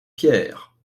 pierre